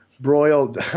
broiled